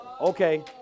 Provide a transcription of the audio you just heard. Okay